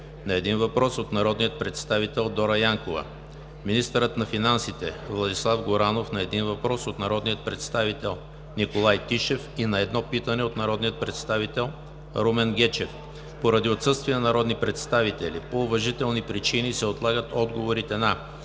на един въпрос от народния представител Дора Янкова; - министърът на финансите Владислав Горанов – на един въпрос от народния представител Николай Тишев; и на едно питане от народния представител Румен Гечев. Поради отсъствие на народни представители по уважителни причини се отлагат отговорите на: